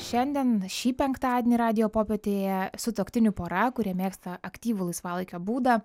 šiandien šį penktadienį radijo popietėje sutuoktinių pora kurie mėgsta aktyvų laisvalaikio būdą